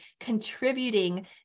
contributing